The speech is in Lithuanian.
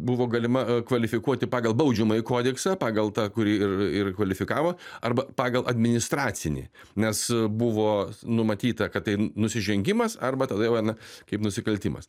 buvo galima kvalifikuoti pagal baudžiamąjį kodeksą pagal tą kurį ir ir kvalifikavo arba pagal administracinį nes buvo numatyta kad tai nusižengimas arba tada jau eina kaip nusikaltimas